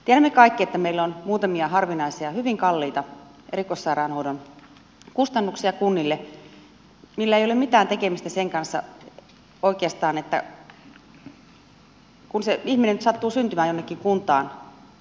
tiedämme kaikki että meillä on muutamia harvinaisia hyvin kalliita erikoissairaanhoidon kustannuksia kunnille millä ei ole oikeastaan mitään tekemistä sen kanssa että se ihminen nyt sattuu syntymään jonnekin kuntaan